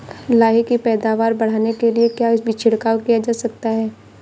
लाही की पैदावार बढ़ाने के लिए क्या छिड़काव किया जा सकता है?